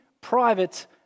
private